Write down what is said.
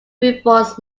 rufous